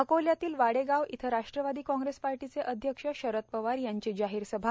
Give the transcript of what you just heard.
अकोल्यातील वाडेगाव इथं राष्ट्रवादी काँग्रेस पार्टीचे अध्यक्ष शरद पवार यांची जाहीरसभा